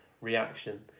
reaction